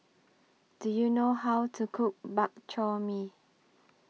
Do YOU know How to Cook Bak Chor Mee